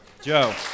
Joe